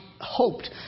hoped